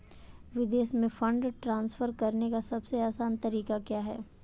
विदेश में fund transfer करने का सबसे आसान तरीका क्या है?